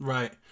Right